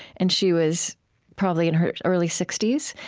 and she was probably in her early sixty s,